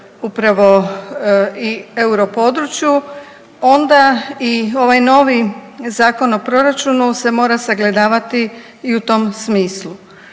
upravo i europodručju onda i ovaj novi Zakon o proračunu se mora sagledavati i u tom smislu.